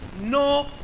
no